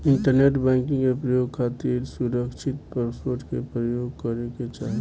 internet banking के प्रयोग खातिर सुरकछित पासवर्ड के परयोग करे के चाही